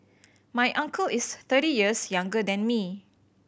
my uncle is thirty years younger than me